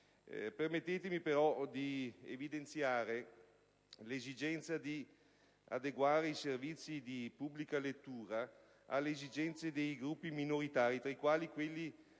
Permettetemi altresì di evidenziare l'esigenza di adeguare i servizi di pubblica lettura alle necessità dei gruppi minoritari, tra i quali quelli